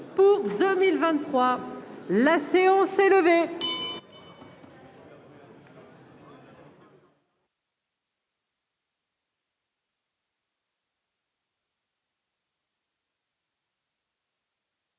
pour 2023. La séance est levée.